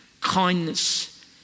kindness